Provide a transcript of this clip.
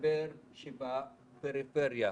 מסתבר שבפריפריה,